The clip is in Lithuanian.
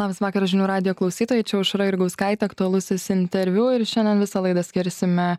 labas vakaras žinių radijo klausytojai čia aušra jurgauskaitė aktualusis interviu ir šiandien visą laidą skirsime